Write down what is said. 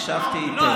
הקשבתי היטב.